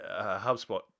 HubSpot